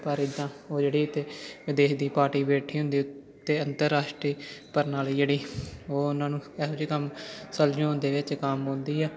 ਪਰ ਇੱਦਾਂ ਉਹ ਜਿਹੜੇ ਅਤੇ ਦੇਸ਼ ਦੀ ਪਾਰਟੀ ਬੈਠੀ ਹੁੰਦੀ ਅਤੇ ਅੰਤਰਰਾਸ਼ਟਰੀ ਪ੍ਰਣਾਲੀ ਜਿਹੜੀ ਉਹ ਉਨ੍ਹਾਂ ਨੂੰ ਇਹ ਜਿਹੇ ਕੰਮ ਸੁਲਝਾਉਣ ਦੇ ਵਿੱਚ ਕੰਮ ਆਉਂਦੀ ਹੈ